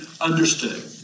understood